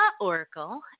Oracle